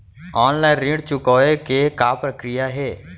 Online ऋण चुकोय के का प्रक्रिया हे?